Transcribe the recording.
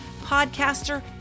podcaster